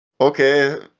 Okay